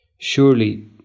surely